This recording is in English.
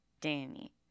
Danny